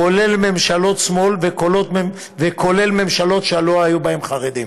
כולל ממשלות שמאל וכולל ממשלות שלא היו בהן חרדים.